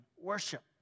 worship